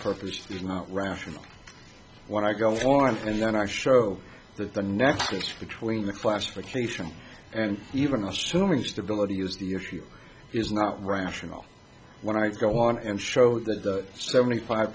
purpose is not rational when i go on and then i show that the nexus between the classification and even assuming stability use the issue is not rational when i go on and show that seventy five